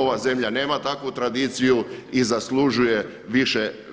Ova zemlja nema takvu tradiciju i zaslužuje